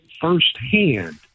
firsthand